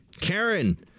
Karen